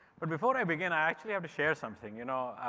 but before i begin, i actually have to share something, you know,